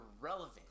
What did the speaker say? irrelevant